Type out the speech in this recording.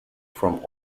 from